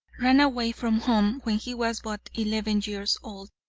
ran away from home when he was but eleven years old,